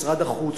משרד החוץ,